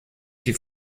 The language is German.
die